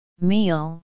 Meal